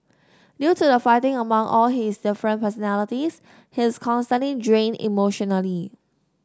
due to the fighting among all his different personalities he's constantly drained emotionally